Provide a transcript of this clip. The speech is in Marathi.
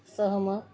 सहमत